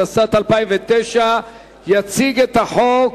התשס"ט 2009. יציג את החוק